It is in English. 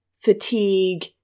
fatigue